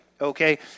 Okay